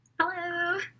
Hello